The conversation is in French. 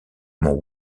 mont